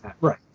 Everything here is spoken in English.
Right